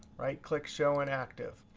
right-click show in active.